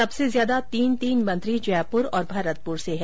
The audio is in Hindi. सबसे ज्यादा तीन तीन मंत्री जयपुर और भरतपुर से है